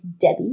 Debbie